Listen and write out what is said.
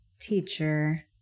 teacher